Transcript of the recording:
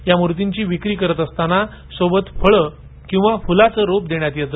त्या मूर्ती विक्री करीत असताना सोबत फळ अथवा फुलाचे रोप देण्यात येते